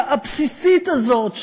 הבסיסית הזאת,